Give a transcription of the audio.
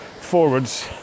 forwards